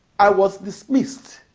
i was dismissed